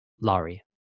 Laurie